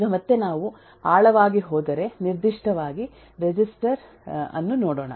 ಈಗ ಮತ್ತೆ ನಾವು ಆಳವಾಗಿ ಹೋದರೆ ನಿರ್ದಿಷ್ಟವಾಗಿ ರಿಜಿಸ್ಟರ್ ಅನ್ನು ನೋಡೋಣ